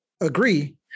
agree